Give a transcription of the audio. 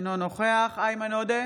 אינו נוכח איימן עודה,